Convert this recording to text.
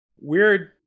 weird